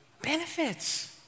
Benefits